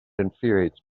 infuriates